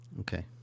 okay